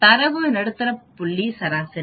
தரவு தொகுப்பின் நடுத்தர புள்ளி சராசரி